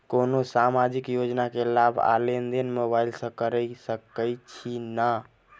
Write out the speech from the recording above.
कोनो सामाजिक योजना केँ लाभ आ लेनदेन मोबाइल सँ कैर सकै छिःना?